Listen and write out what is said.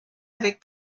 avec